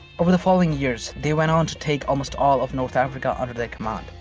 over the following years, the went on to take almost all of north africa under their command.